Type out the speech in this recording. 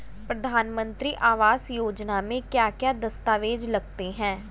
प्रधानमंत्री आवास योजना में क्या क्या दस्तावेज लगते हैं?